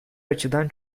açıdan